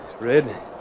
Red